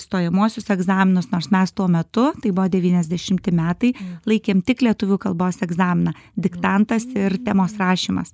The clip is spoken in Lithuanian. stojamuosius egzaminus nors mes tuo metu tai buvo devyniasdešimti metai laikėm tik lietuvių kalbos egzaminą diktantas ir temos rašymas